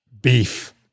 Beef